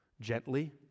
gently